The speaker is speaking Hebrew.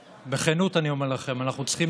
ובכנות אני אומר לכם: אנחנו צריכים